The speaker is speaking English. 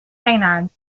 canines